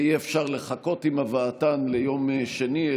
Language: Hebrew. ואי-אפשר להמתין עם הבאתן ליום שני,